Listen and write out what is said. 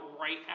right